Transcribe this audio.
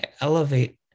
elevate